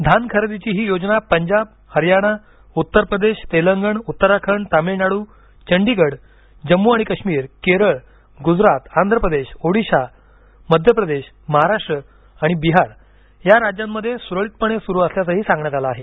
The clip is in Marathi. धान खरेदीची ही योजना पंजाब हरियाना उत्तर प्रदेश तेलंगण उत्तराखंड तामिळनाडू चंडीगड जम्मू आणि काश्मिर केरळ गुजरात आंध्रप्रदेश ओडिशा मध्य प्रदेश महाराष्ट्र आणि बिहार या राज्यांमध्ये सुरळीतपणे सुरू असल्याचंही सांगण्यात आलं आहे